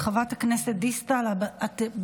חברת הכנסת גלית דיסטל אטבריאן,